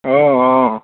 অঁ অঁ